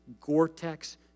Gore-Tex